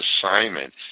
assignment